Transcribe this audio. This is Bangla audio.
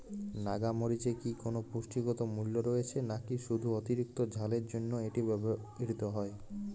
নাগা মরিচে কি কোনো পুষ্টিগত মূল্য রয়েছে নাকি শুধু অতিরিক্ত ঝালের জন্য এটি ব্যবহৃত হয়?